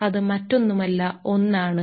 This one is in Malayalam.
അത് മറ്റൊന്നുമല്ല 1 ആണ്